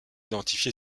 identifié